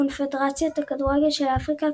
קונפדרציית הכדורגל של אפריקה,